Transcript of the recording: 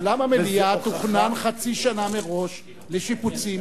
וזה הוכחה אולם המליאה תוכנן חצי שנה מראש לשיפוצים,